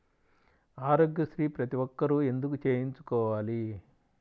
ఆరోగ్యశ్రీ ప్రతి ఒక్కరూ ఎందుకు చేయించుకోవాలి?